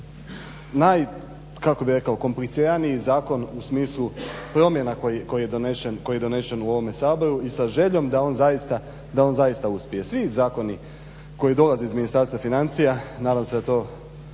naj kako bih rekao kompliciraniji zakon u smislu promjena koji je donesen u ovome Saboru i sa željom da on zaista uspije. Svi zakoni koji dolaze iz Ministarstva financija, nadam se da to